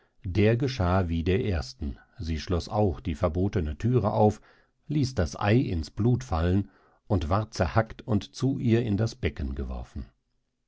der geschah wie der ersten sie schloß auch die verbotene thüre auf ließ das ei ins blut fallen und ward zerhackt und zu ihr in das becken geworfen